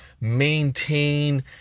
maintain